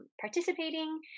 participating